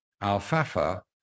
alfalfa